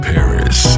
Paris